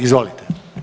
Izvolite.